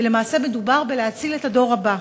ולמעשה מדובר בלהציל את הדור הבא.